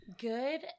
Good